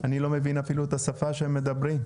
אני לא מבין אפילו את השפה שהם מדברים.